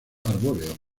arbóreos